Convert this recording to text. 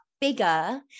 bigger